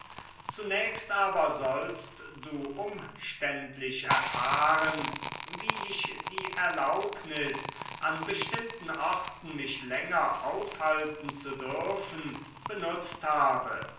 zunächst aber sollst du umständlich erfahren wie ich die erlaubnis an bestimmten orten mich länger aufhalten zu dürfen benutzt habe